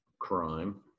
crime